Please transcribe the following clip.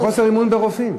זה חוסר אמון ברופאים.